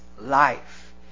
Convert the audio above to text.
life